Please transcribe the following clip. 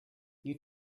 you